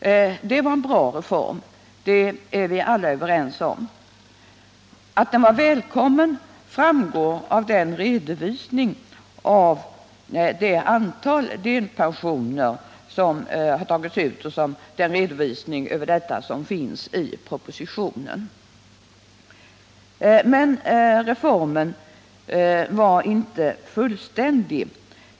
Vi är alla överens om att det var en bra reform. Att den var välkommen framgår av den redovisning av antalet uttagna delpensioner som finns i propositionen. Men reformen var inte fullständig.